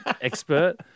expert